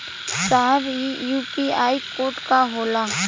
साहब इ UPI code का होला?